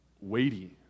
weighty